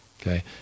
okay